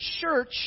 church